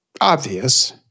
obvious